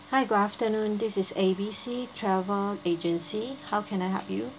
hi good afternoon this is A B C travel agency how can I help you